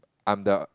I'm the